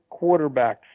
quarterbacks